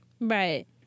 Right